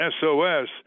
SOS